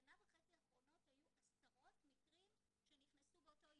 בשנה וחצי האחרונות היו עשרות מקרים שנכנסו באותו יום.